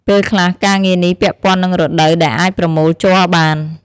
ពេលខ្លះ ការងារនេះពាក់ព័ន្ធនឹងរដូវដែលអាចប្រមូលជ័របាន។